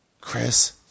Chris